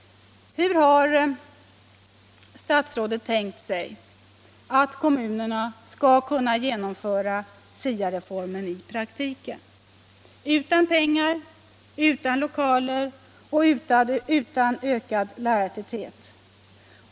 Hur har statsrådet tänkt sig att kommunerna skall kunna genomföra SIA-reformen i praktiken utan pengar, utan lokaler och utan ökad lärartäthet?